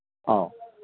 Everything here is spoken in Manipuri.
ꯑꯧ